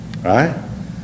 right